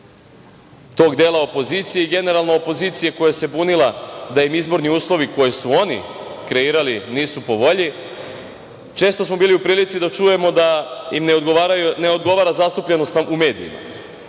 tog dela opozicije i generalno opozicije koja se bunila da im izborni uslovi koje su oni kreirali nisu po volji… Često smo bili u prilici da čujemo da im ne odgovara zastupljenost u medijima,